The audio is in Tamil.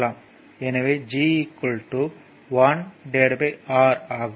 எனவே G 1R ஆகும்